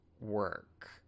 work